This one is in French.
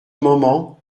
moment